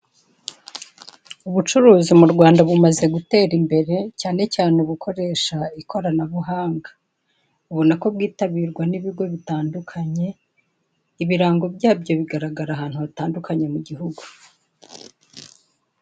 Ubucuruzi mu Rwanda bumaze gutera imbere cyane cyane ubukoresha ikoranabuhanga ubona ko bwitabirwa n'ibigi bitandukanye ibirango byabyo bigaragara ahantu hatanduknye mu guhugu.